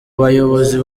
bayobozi